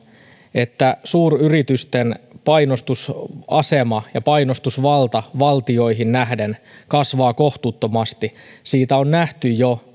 että suuryritysten painostusasema ja painostusvalta valtioihin nähden kasvaa kohtuuttomasti siitä on nähty jo